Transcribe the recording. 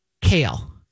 Kale